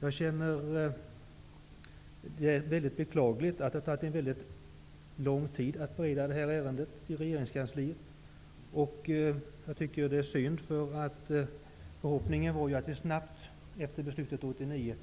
Det är mycket beklagligt att det har tagit lång tid att bereda detta ärende i regeringskansliet. Det var vår förhoppning att efter beslutet 1989,